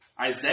Isaiah